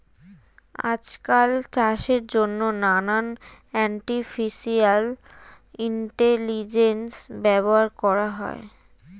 আজকাল চাষের জন্যে নানান আর্টিফিশিয়াল ইন্টেলিজেন্স ব্যবহার করা হয়